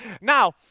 Now